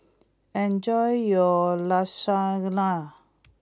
enjoy your Lasagna